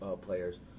players